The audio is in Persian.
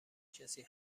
کسی